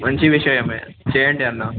మంచి విషయం చేయండి అన్న